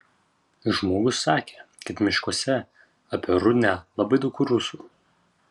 žmogus sakė kad miškuose apie rudnią labai daug rusų